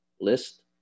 list